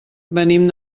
venim